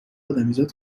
ادمیزاد